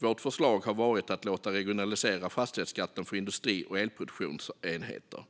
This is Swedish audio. Vårt förslag har varit att låta regionalisera fastighetsskatten för industri och elproduktionsenheter.